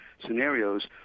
scenarios